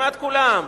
כמעט כולם,